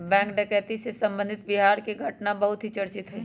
bank डकैती से संबंधित बिहार के घटना बहुत ही चर्चित हई